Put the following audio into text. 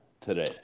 today